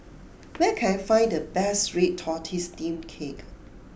where can I find the best Red Tortoise Steamed Cake